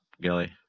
gilly